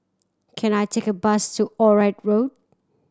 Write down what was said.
can I take a bus to Onraet Road